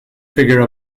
figure